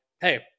hey